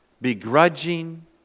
begrudging